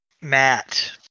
Matt